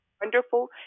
wonderful